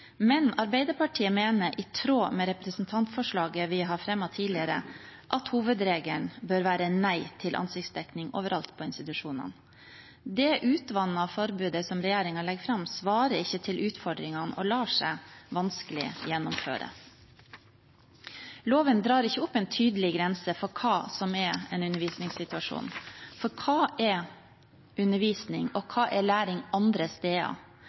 Arbeiderpartiet mener, i tråd med representantforslaget vi har fremmet tidligere, at hovedregelen bør være nei til ansiktsdekking overalt på institusjonene. Det utvannede forbudet som regjeringen legger fram, svarer ikke på utfordringene og lar seg vanskelig gjennomføre. Loven drar ikke opp en tydelig grense for hva som er en undervisningssituasjon. Hva er undervisning, og hva er læring andre steder?